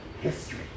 history